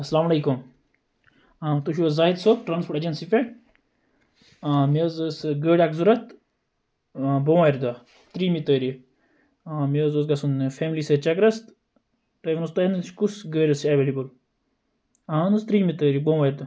اَسَلام علیکُم آ تُہۍ چھِو حٕظ زاہِد صٲب ٹرانسپوت ایٚجنسی پیٚٹھ آ مےٚ حٕظ ٲس گٲڑۍ اکھ ضوٚرَتھ بوٚموارِ دۄہ تریمہِ تعٲرِیٖق مےٚ حٕظ اوس گَژھُن فیملی سۭتۍ چَکرَس تُہۍ ؤنِو تۄہہِ نِش کُس گٲڑۍ چھِ ایویلیبل اہن حظ تریٚمہِ تعٲریٖق بوٚموار دۄہ